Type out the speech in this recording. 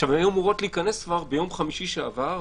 היו אמורות להיכנס ביום חמישי שעבר,